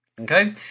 Okay